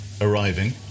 arriving